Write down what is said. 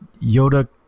Yoda